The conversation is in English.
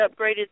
upgraded